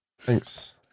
Thanks